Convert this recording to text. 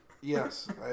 yes